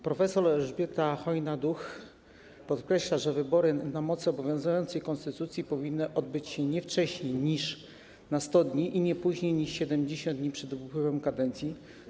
Prof. Elżbieta Chojna-Duch podkreśla, że wybory na mocy obowiązującej konstytucji powinny odbyć się nie wcześniej niż 100 dni i nie później niż 70 dni przed upływem kadencji.